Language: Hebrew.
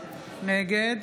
נגד